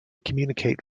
communicate